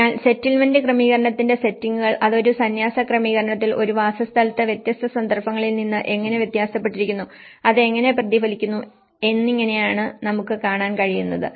അതിനാൽ സെറ്റിൽമെന്റ് ക്രമീകരണത്തിന്റെ സെറ്റിങ്ങുകൾ അത് ഒരു സന്യാസ ക്രമീകരണത്തിൽ ഒരു വാസസ്ഥലത്ത് വ്യത്യസ്ത സന്ദർഭങ്ങളിൽ നിന്ന് എങ്ങനെ വ്യത്യാസപ്പെട്ടിരിക്കുന്നു അത് എങ്ങനെ പ്രതിഫലിക്കുന്നു എന്നിങ്ങനെയാണ് നമുക്ക് കാണാൻ കഴിയുന്നത്